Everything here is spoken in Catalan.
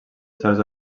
certs